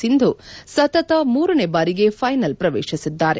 ಸಿಂಧು ಸತತ ಮೂರನೇ ಬಾರಿಗೆ ಫ್ವೆನಲ್ ಪ್ರವೇಶಿಸಿದ್ದಾರೆ